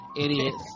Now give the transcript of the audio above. Idiots